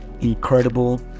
incredible